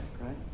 right